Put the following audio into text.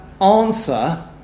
answer